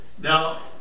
Now